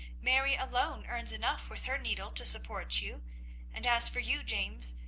mary alone earns enough with her needle to support you and as for you, james,